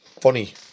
funny